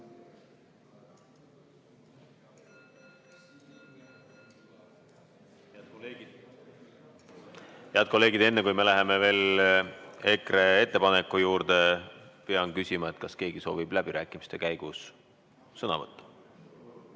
Head kolleegid! Enne kui me läheme EKRE ettepaneku juurde, pean küsima, kas keegi soovib läbirääkimiste käigus sõna võtta.